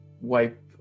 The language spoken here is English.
wipe